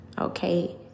okay